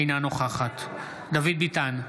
אינה נוכחת דוד ביטן,